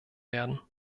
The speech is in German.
werden